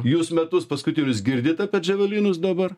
jūs metus paskutinius girdit apie džavelinus dabar